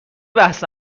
بحث